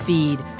Feed